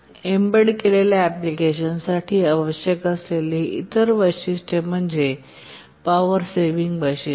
embed केलेल्या एप्लीकेशनसांसाठी आवश्यक असलेले इतर वैशिष्ट्य म्हणजे पॉवर सेव्हिंग वैशिष्ट्य